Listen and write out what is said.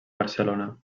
barcelona